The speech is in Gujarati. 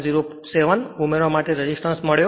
07 ઉમેરવા માટે રેસિસ્ટન્સ મળ્યો